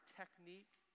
technique